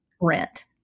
rent